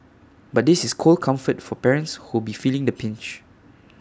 but this is cold comfort for parents who'll be feeling the pinch